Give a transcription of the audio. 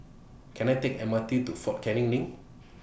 Can I Take The M R T to Fort Canning LINK